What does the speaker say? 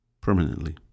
permanently